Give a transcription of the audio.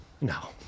No